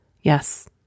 Yes